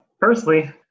Personally